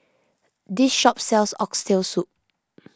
this shop sells Oxtail Soup